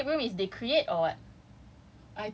oh then the escape room is they create or what